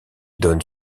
donne